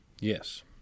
Yes